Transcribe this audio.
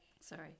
sorry